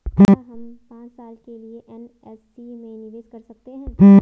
क्या हम पांच साल के लिए एन.एस.सी में निवेश कर सकते हैं?